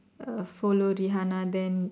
uh follow Rihanna then